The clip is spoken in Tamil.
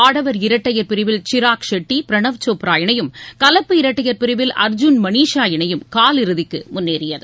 ஆடவர் இரட்டையர் பிரிவில் சிராக் ஷெட்டி பிரணவ் சோப்ரா இணையும் கலப்பு இரட்டையர் பிரிவில் அர்ஜுன் மணீஷா இணையும் காலிறுதிக்குமுன்னேறியது